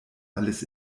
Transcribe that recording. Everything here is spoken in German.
alles